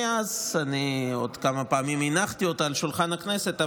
מאז אני עוד כמה פעמים הנחתי אותה על שולחן הכנסת,